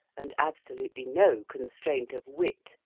and absolutely no constraint of wit,